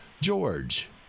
George